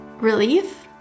relief